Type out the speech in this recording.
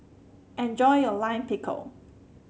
enjoy your Lime Pickle